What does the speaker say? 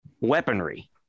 weaponry